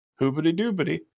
Hoobity-doobity